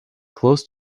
close